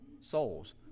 souls